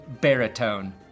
baritone